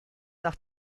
nach